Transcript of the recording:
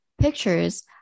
pictures